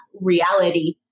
reality